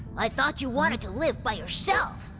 i thought you wanted to live by yourself?